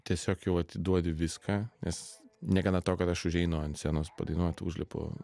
tiesiog jau atiduodi viską nes negana to kad aš užeinu ant scenos padainuot užlipu